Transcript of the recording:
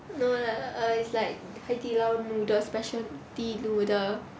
no lah err it's like 海底捞 noodle specialty noodle